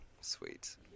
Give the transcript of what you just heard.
sweet